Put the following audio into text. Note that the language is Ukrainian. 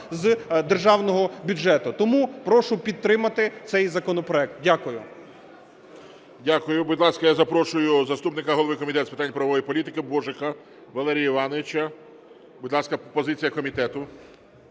з державного бюджету. Тому прошу підтримати цей законопроект. Дякую. ГОЛОВУЮЧИЙ. Дякую. Будь ласка, я запрошую заступника голови Комітету з питань правової політики Божика Валерія Івановича. Будь ласка, позиція комітету.